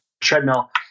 treadmill